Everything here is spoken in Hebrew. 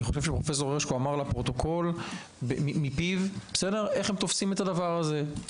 אני חושב שפרופ' הרשקו אמר לפרוטוקול מפיו איך הם תופסים את הדבר הזה.